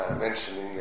mentioning